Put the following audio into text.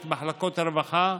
את מחלקות הרווחה,